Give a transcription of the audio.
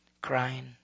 crying